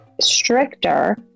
stricter